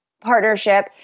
partnership